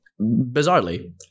bizarrely